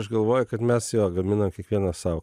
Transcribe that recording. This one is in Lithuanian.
aš galvoju kad mes jo gaminam kiekvienas sau